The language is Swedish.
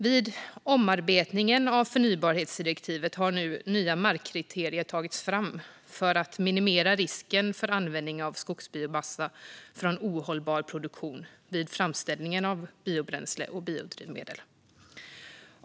Vid omarbetningen av förnybartdirektivet har nya markkriterier tagits fram för att minimera risken för användning av skogsbiomassa från ohållbar produktion vid framställningen av biobränsle och biodrivmedel.